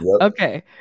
Okay